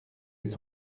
êtes